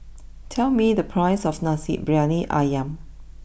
tell me the price of Nasi Briyani Ayam